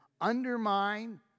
undermine